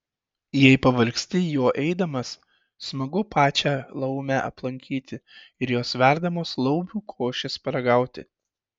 jei pavargsti juo eidamas smagu pačią laumę aplankyti ir jos verdamos laumių košės paragauti